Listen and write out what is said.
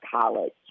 college